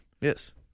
Yes